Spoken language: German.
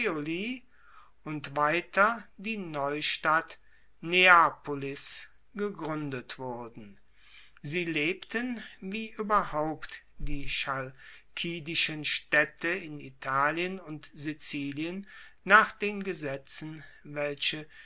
und weiter die neustadt neapolis gegruendet wurden sie lebten wie ueberhaupt die chalkidischen staedte in italien und sizilien nach den gesetzen welche